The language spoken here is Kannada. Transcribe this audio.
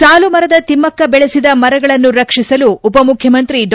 ಸಾಲುಮರದ ತಿಮಕ್ಷ ಬೆಳೆಸಿದ ಮರಗಳನ್ನು ರಕ್ಷಿಸಲು ಉಪಮುಖ್ಯಮಂತ್ರಿ ಡಾ